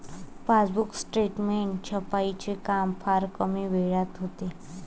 passbook statement छपाईचे काम फार कमी वेळात होते